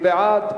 מי בעד?